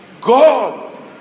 God's